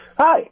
Hi